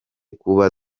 kuba